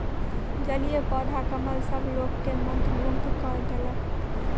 जलीय पौधा कमल सभ लोक के मंत्रमुग्ध कय देलक